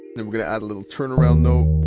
and gonna add a little turn around note,